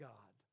God